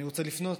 אני רוצה לפנות,